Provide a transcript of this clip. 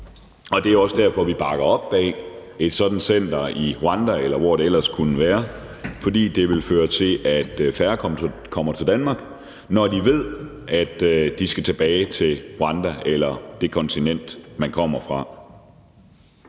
og det er også derfor, vi bakker op om et sådant center i Rwanda, eller hvor det ellers kunne være. For det vil føre til, at færre kommer til Danmark, at de ved, at de skal tilbage til Rwanda eller det kontinent, de kommer fra.